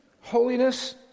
Holiness